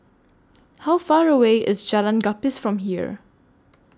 How Far away IS Jalan Gapis from here